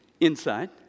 inside